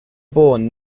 born